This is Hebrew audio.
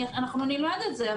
אנחנו נלמד את זה.